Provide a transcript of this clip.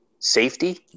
safety